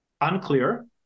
unclear